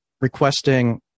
requesting